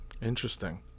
Interesting